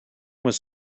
was